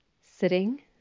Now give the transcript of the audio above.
sitting